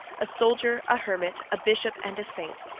a soldier, a hermit, a bishop, and a saint,